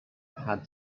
had